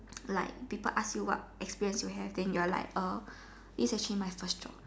like people ask you what experience you have then you are like actually is it actually this is my first job